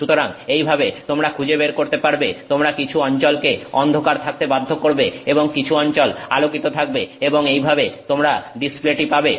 সুতরাং এইভাবে তোমরা খুঁজে বের করতে পারবে তোমরা কিছু অঞ্চলকে অন্ধকার থাকতে বাধ্য করবে এবং কিছু অঞ্চল আলোকিত থাকবে এবং এইভাবে তোমরা ডিসপ্লেটি পাবে